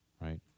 Right